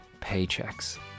paychecks